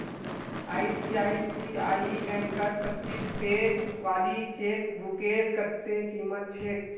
ICICI बैंकत पच्चीस page वाली चेकबुकेर कत्ते कीमत छेक